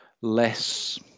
less